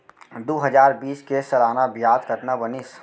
दू हजार बीस के सालाना ब्याज कतना बनिस?